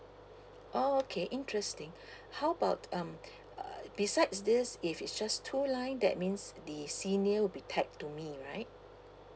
oh okay interesting how about um uh besides this if it's just two line that means the senior will be tagged to me right